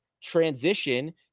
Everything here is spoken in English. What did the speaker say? transition